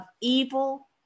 evil